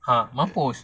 ah mampus